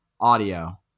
audio